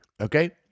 okay